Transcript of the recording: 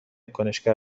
کنشگر